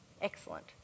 Excellent